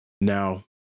Now